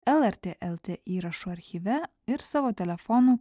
lrt lt įrašų archyve ir savo telefonų